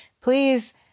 Please